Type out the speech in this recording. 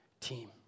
Team